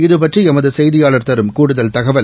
இதுபற்றி எமது செய்தியாளர் தரும் கூடுதல் தகவல்